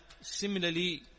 similarly